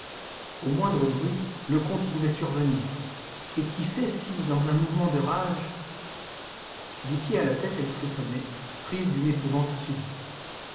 au moindre bruit le comte pouvait survenir et qui sait si dans un mouvement de rage des pieds à la tête elle frissonna prise d'une épouvante subite